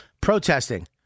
protesting